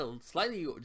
slightly